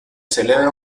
celebra